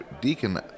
Deacon